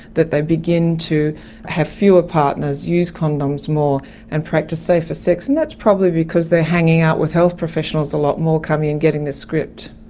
that they begin to have fewer partners, use condoms more and practice safer sex, and that's probably because they are hanging out with health professionals a lot more, coming and getting the script.